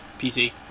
PC